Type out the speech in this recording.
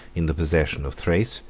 in the possession of thrace,